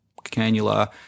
cannula